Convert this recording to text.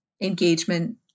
engagement